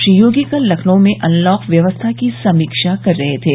श्री योगी कल लखनऊ में अनलॉक व्यवस्था की समीक्षा कर रहे थे